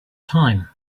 time